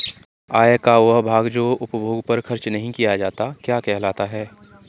आय का वह भाग जो उपभोग पर खर्च नही किया जाता क्या कहलाता है?